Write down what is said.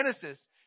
Genesis